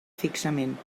fixament